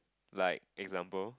like example